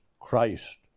Christ